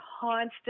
constant